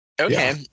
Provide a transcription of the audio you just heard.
Okay